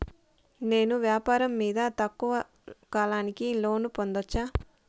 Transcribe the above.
నేను వ్యాపారం మీద తక్కువ కాలానికి లోను పొందొచ్చా?